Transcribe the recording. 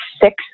six